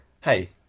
hey